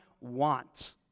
want